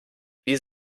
wie